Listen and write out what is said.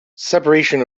separation